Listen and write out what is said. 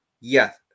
Yes